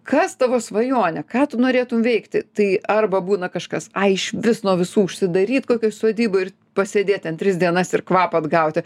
kas tavo svajonė ką tu norėtum veikti tai arba būna kažkas ai iš vis nuo visų užsidaryt kokioj sodyboj ir pasėdėti ten tris dienas ir kvapą atgauti